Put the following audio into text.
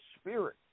Spirit